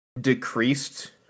decreased